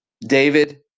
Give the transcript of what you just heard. David